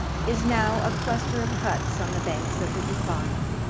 is now a cluster of huts on the banks of the upano.